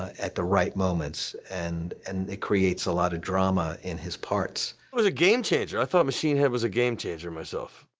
at the right moments, and and it creates a lot of drama in his parts. it was a game changer, i thought machine head was a game changer myself.